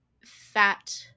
fat